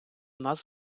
нас